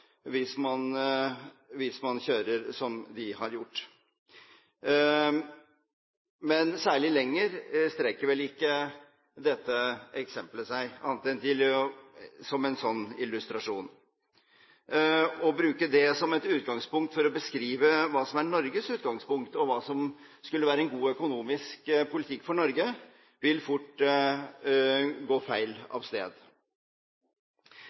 hvis man kjører som de har gjort. Men særlig lenger strekker vel ikke dette eksemplet seg, annet enn som en slik illustrasjon. Å bruke det som et utgangspunkt for å beskrive hva som er Norges utgangspunkt, og hva som skulle være god økonomisk politikk for Norge, vil fort komme feil av sted.